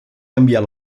canviar